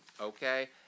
okay